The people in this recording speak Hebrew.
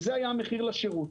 וזה היה המחיר לשרות.